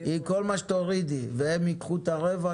עם כל מה שתורידי והם ייקחו את הרווח,